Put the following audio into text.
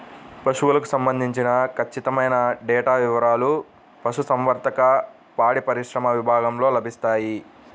పశువులకు సంబంధించిన ఖచ్చితమైన డేటా వివారాలు పశుసంవర్ధక, పాడిపరిశ్రమ విభాగంలో లభిస్తాయి